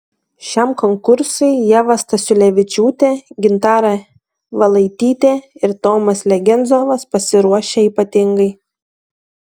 šiam konkursui ieva stasiulevičiūtė gintarė valaitytė ir tomas legenzovas pasiruošė ypatingai